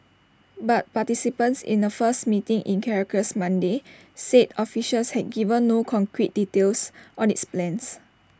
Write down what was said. but participants in A first meeting in Caracas Monday said officials had given no concrete details on its plans